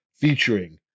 Featuring